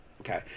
okay